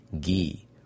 ghee